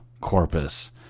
Corpus